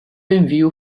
envio